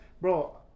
Bro